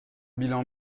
bilan